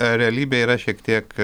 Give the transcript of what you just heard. realybė yra šiek tiek